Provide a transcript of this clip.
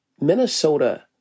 Minnesota